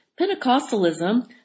Pentecostalism